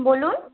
বলুন